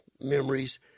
memories